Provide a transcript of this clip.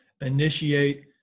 Initiate